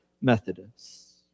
Methodists